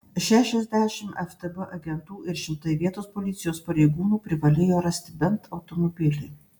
šešiasdešimt ftb agentų ir šimtai vietos policijos pareigūnų privalėjo rasti bent automobilį